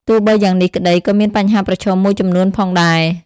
ទោះបីយ៉ាងនេះក្តី ក៏មានបញ្ហាប្រឈមមួយចំនួនផងដែរ។